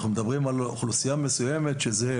אנחנו מדברים על אוכלוסייה מסוימת שהם